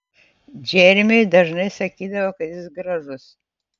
džeremiui dažnai sakydavo kad jis gražus